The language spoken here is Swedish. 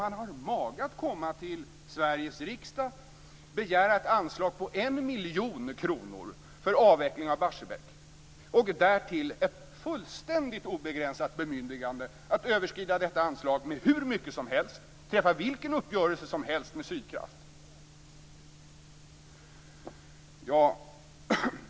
Man har mage att komma till Sveriges riksdag och begära ett anslag på 1 miljon kronor för avveckling av Barsebäck och därtill ett fullständigt obegränsat bemyndigande att överskrida detta anslag med hur mycket som helst och träffa vilken uppgörelse som helst med Sydkraft.